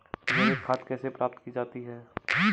जैविक खाद कैसे प्राप्त की जाती है?